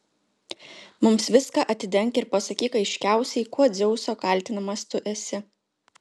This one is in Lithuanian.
mums viską atidenk ir pasakyk aiškiausiai kuo dzeuso kaltinamas tu esi